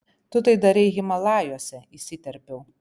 tu tai darei himalajuose įsiterpiau